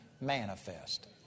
Manifest